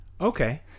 Okay